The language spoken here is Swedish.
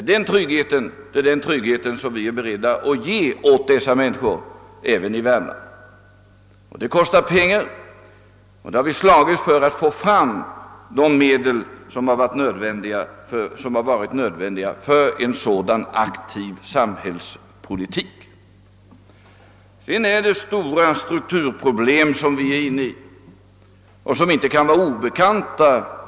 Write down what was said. Vi är beredda att ge denna trygghet åt de friställda människorna även i Värmland. Detta kostar pengar, och vi har kämpat för att få fram de medel som varit nödvändiga för en sådan aktiv samhällspolitik. Vi har vidare strukturproblem, vilka inte kan vara obekanta för herr Jonasson.